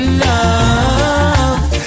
love